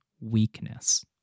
weakness